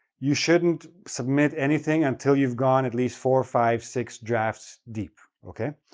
you shouldn't submit anything until you've gone at least four, five, six drafts deep, okay?